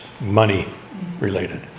Money-related